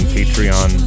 Patreon